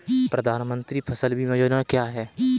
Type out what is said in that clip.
प्रधानमंत्री फसल बीमा योजना क्या है?